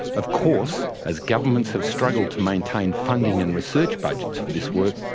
of course, as governments have struggled to maintain funding and research budgets for this work,